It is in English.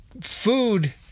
food